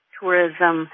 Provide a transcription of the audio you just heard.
tourism